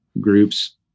groups